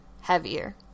heavier